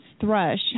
thrush